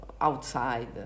outside